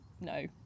no